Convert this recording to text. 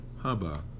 Haba